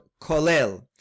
kolel